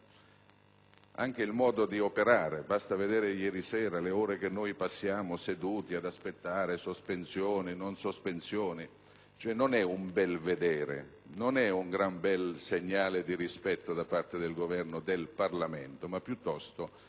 anche il modo di operare. Basta vedere ieri sera le ore che abbiamo passato seduti ad aspettare: sospensione, non sospensione... Non è un bel vedere. Non è un gran bel segnale di rispetto, da parte del Governo, del Parlamento, un pezzo